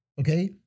okay